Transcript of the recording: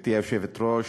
גברתי היושבת-ראש,